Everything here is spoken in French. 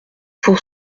pour